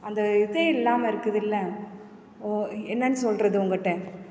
அந்த இதே இல்லாமல் இருக்குதில்ல ஒ என்னன்னு சொல்கிறது உங்கள்ட்ட